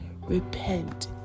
Repent